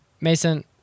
Mason